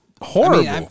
Horrible